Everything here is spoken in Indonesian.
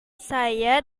saya